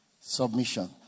submission